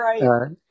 Right